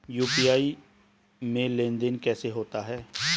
UPI में लेनदेन कैसे होता है?